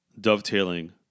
dovetailing